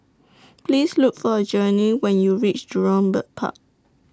Please Look For Gurney when YOU REACH Jurong Bird Park